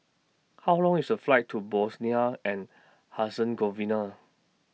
How Long IS The Flight to Bosnia and Herzegovina